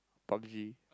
p u b g